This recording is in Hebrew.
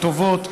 הטובות,